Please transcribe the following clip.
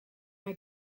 mae